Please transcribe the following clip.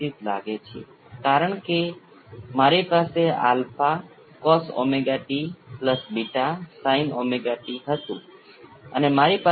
તેથી તમે ક્યાં તો ઇન્ડક્ટરનો કરંટ અથવા કેપેસિટરના વોલ્ટેજને માપો છો તે એક સાઇનુસોઈડલ અચળ મૂલ્ય હશે જે ક્યારેય સમાપ્ત થતું નથી